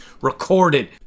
recorded